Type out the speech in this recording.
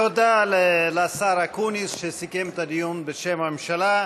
תודה לשר אקוניס, שסיכם את הדיון בשם הממשלה.